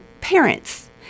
parents